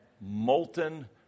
molten